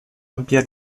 ampia